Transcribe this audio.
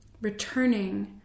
Returning